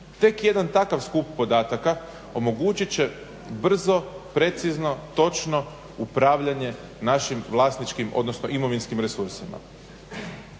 Tek jedan takav skup podataka omogućit će brzo, precizno, točno upravljanje našim vlasničkim odnosno imovinskim resursima.